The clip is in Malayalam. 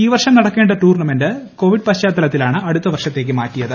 ഈ വർഷം നടക്കേണ്ട ടൂർണമെന്റ് കോവിഡ് പശ്ചാത്തലത്തിലാണ് അടുത്ത വർഷത്തേക്ക് മാറ്റിയത്